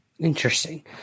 Interesting